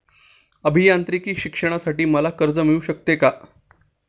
अभियांत्रिकी शिक्षणासाठी मला कर्ज मिळू शकते का?